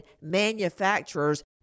manufacturers